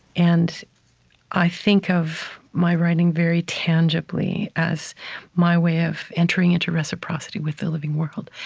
and i think of my writing very tangibly as my way of entering into reciprocity with the living world.